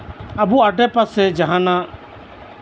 ᱟᱵᱚᱣᱟᱠ ᱟᱥᱮ ᱯᱟᱥᱮ ᱡᱟᱦᱟᱸᱱᱟᱜ